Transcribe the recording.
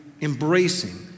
embracing